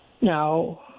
Now